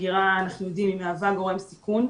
הגירה, אנחנו יודעים, היא מהווה גורם סיכון.